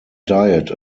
diet